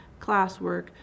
classwork